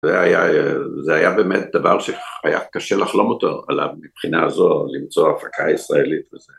זה היה, זה היה באמת דבר שהיה קשה לחלום אותו מבחינה זו למצוא הפקה ישראלית וזה.